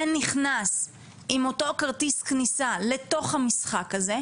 נכנס עם אותו כרטיס כניסה לתוך המשחק הזה,